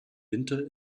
winter